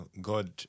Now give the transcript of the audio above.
God